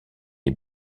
les